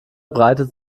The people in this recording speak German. breitet